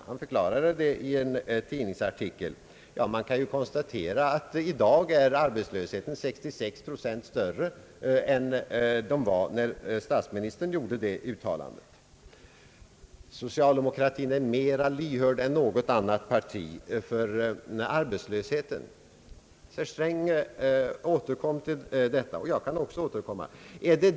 Man kan i dag notera att arbetslösheten är 66 procent större än då statsministern gjorde detta uttalande. Socialdemokratin är mer lyhörd än något annat parti för arbetslösheten — herr Sträng återkom till denna sats, och jag kan också återkomma.